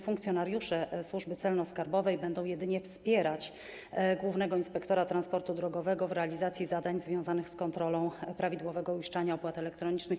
Funkcjonariusze Służby Celno-Skarbowej będą jedynie wspierać głównego inspektora transportu drogowego w realizacji zadań związanych z kontrolą prawidłowego uiszczania opłat elektronicznych.